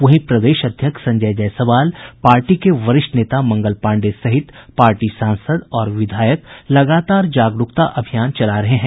वहीं प्रदेश अध्यक्ष संजय जायसवाल पार्टी के वरिष्ठ नेता मंगल पांडेय सहित पार्टी सांसद और विधायक लगातार जागरूकता अभियान चला रहे हैं